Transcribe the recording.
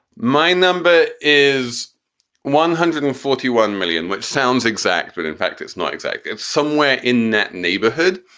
my number is one hundred and forty one million, which sounds exactly. but in fact, it's not exactly. it's somewhere in that neighborhood,